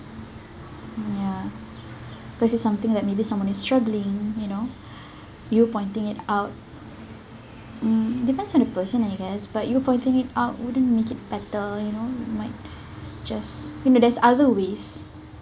ya because it's something that maybe someone is struggling you know you pointing it out mm depends on the person I guess but you pointing it out wouldn't make it better you know might just you know there's other ways